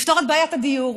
לפתור את בעיית הדיור.